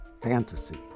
fantasy